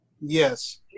Yes